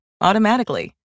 automatically